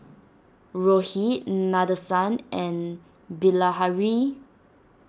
Rohit Nadesan and Bilahari